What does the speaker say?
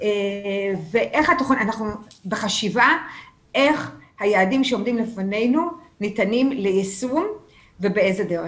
תוך חשיבה איך היעדים שעומדים בפנינו ניתנים ליישום ובאיזה דרך.